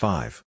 Five